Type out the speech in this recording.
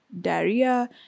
diarrhea